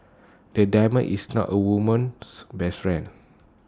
the diamond is not A woman's best friend